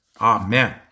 Amen